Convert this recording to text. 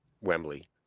Wembley